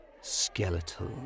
skeletal